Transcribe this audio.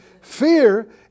Fear